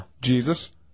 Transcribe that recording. Jesus